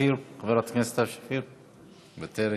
חברת הכנסת סתיו שפיר, מוותרת,